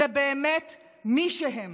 זה באמת מי שהם.